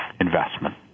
investment